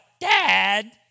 dad